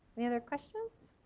any other questions?